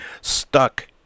stuck